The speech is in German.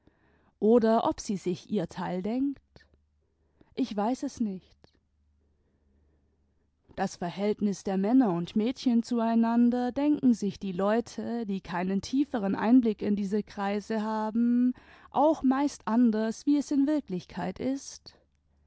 oder ob sie sich ihr teil denkt ich weiß es nicht das verhältnis der männer und mädchen zueinander denken sich die leute die keinen tieferen einblick in diese kreise haben auch meist anders wie es in wirklichkeit ist